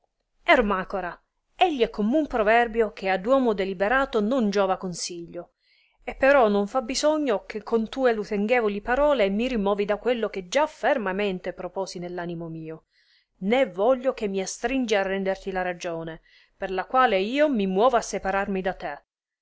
disse ermacora egli è commun proverbio che ad uomo deliberato non giova consiglio e però non fa bisogno che con tue lusinghevoli parole mi rimovi da quello che già fermamente proposi nell'animo mio né voglio che mi astringi a renderti la ragione per la quale io mi muova a separarmi da te